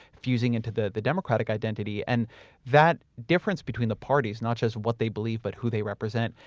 fusing into the the democratic identity and that difference between the parties, not just what they believe but who they represent.